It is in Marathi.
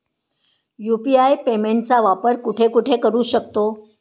यु.पी.आय पेमेंटचा वापर कुठे कुठे करू शकतो?